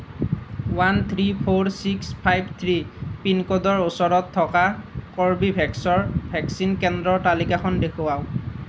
one three four six five three পিনক'ডৰ ওচৰত থকা কৰ্বীভেক্সৰ ভেকচিন কেন্দ্ৰৰ তালিকাখন দেখুৱাওক